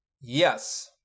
Yes